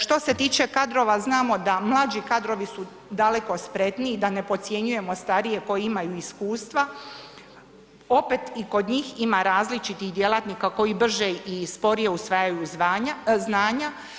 Što se tiče kadrova, znamo da mlađi kadrovi su daleko spretniji da ne podcjenjujemo starije koji imaju iskustva, opet i kod njih ima različitih djelatnika koji brže i sporije usvajaju znanja.